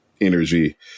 energy